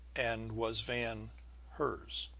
and was van hers?